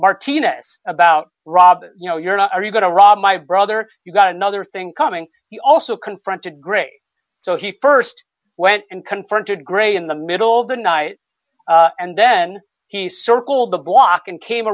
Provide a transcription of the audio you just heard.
martinez about rob you know you're not are you going to rob my brother you've got another thing coming he also confronted great so he st went and confronted gray in the middle of the night and then he circled the block and came